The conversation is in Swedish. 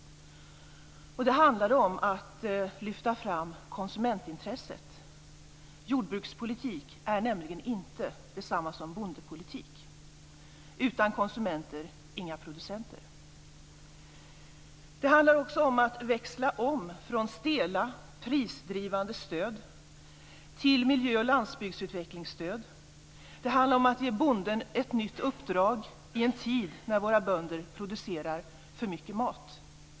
Och det handlar om att lyfta fram konsumentintresset. Jordbrukspolitik är nämligen inte detsamma som bondepolitik. Utan konsumenter - inga producenter. Det handlar också om att växla om från stela prisdrivande stöd till miljö och landsbygdsutvecklingsstöd. Det handlar om att ge bonden ett nytt uppdrag i en tid när våra bönder producerar för mycket mat.